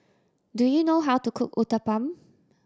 do you know how to cook Uthapam